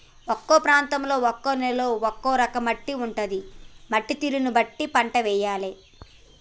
ఒక్కో ప్రాంతంలో ఒక్కో నేలలో ఒక్కో రకం మట్టి ఉంటది, మట్టి తీరును బట్టి పంట వేయాలే